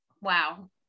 wow